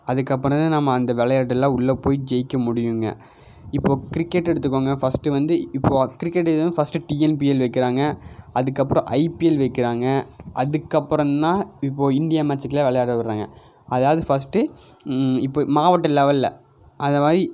அதுக்கப்புறம் தான் நாம் அந்த விளையாட்டுல உள்ளே போய் ஜெயிக்க முடியும்ங்க இப்போது கிரிக்கெட் எடுத்துக்கோங்க ஃபஸ்ட்டு வந்து இப்போ கிரிக்கெட்லியும் ஃபஸ்ட்டு டிஎன்பிஎல் வைக்கிறாங்க அதுக்கப்புறம் ஐபிஎல் வைக்கிறாங்க அதுக்கப்புறம் தான் இப்போது இந்தியா மேட்சுக்கெலாம் விளையாட விடுறாங்க அதாவது ஃபஸ்ட்டு இப்போ மாவட்ட லெவலில் அந்த மாதிரி